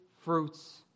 fruits